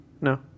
No